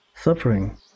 suffering